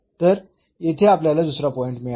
तर येथे आपल्याला दुसरा पॉईंट मिळाला आहे